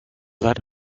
let